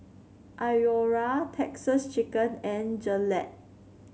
Iora Texas Chicken and Gillette